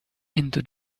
into